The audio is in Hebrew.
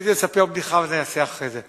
רציתי לספר בדיחה, אבל את זה אני אעשה אחרי זה.